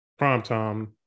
Primetime